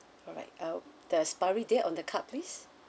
alright um the expiry date on the card please